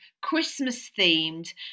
Christmas-themed